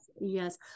Yes